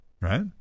right